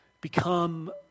become